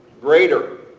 greater